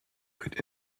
could